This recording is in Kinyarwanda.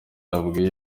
yabwiye